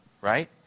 right